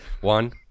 One